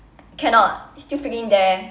cannot it's still freaking there